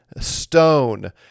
stone